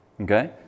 Okay